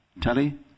telly